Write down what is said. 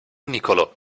nicolò